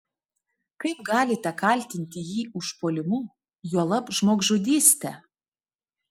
kaip galite kaltinti jį užpuolimu juolab žmogžudyste